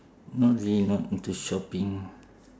not really not into shopping